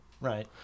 Right